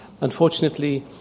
Unfortunately